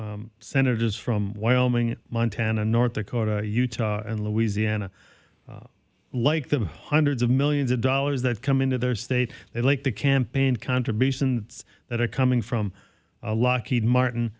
out senators from wyoming montana north dakota utah and louisiana like them hundreds of millions of dollars that come into their state they like the campaign contributions that are coming from lockheed martin